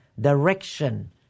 direction